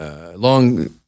long